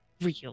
real